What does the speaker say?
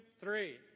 three